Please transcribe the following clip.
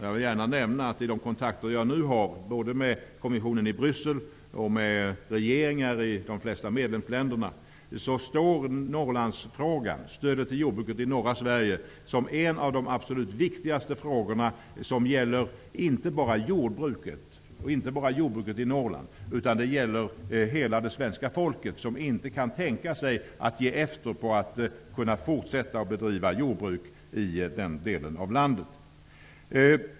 Jag vill gärna nämna, att i de kontakter jag nu har både med kommissionen i Bryssel och med regeringar i de flesta medlemsländer är stödet till jordbruket i norra Sverige en av de absolut viktigaste frågorna. Det gäller inte bara jordbruket i Norrland, utan det gäller hela svenska folket, som inte kan tänka sig att ge efter på kravet att fortsätta att bedriva jordbruk i den delen av landet.